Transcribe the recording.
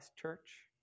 church